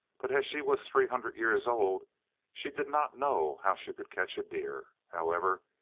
but as she was three hundred years old she did not know how she could catch a deer. however,